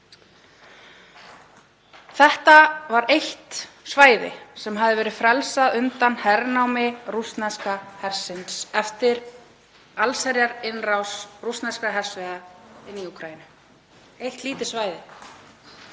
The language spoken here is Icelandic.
Þetta var eitt svæði sem hafði verið frelsað undan hernámi rússneska hersins eftir allsherjarinnrás rússneskra hersveita í Úkraínu — eitt lítið svæði.